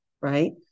right